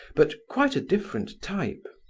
but quite a different type.